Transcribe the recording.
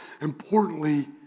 importantly